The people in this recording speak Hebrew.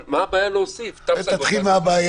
אבל מה הבעיה להוסיף תו סגול --- תתחיל מה הבעיה,